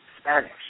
Spanish